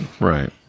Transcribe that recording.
Right